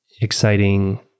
exciting